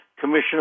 Commissioner